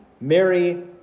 Mary